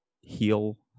heal